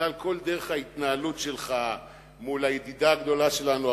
בגלל כל דרך ההתנהלות שלך מול הידידה הגדולה שלנו,